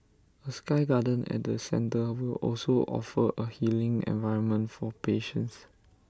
A sky garden at the centre will also offer A healing environment for patients